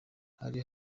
hari